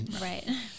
Right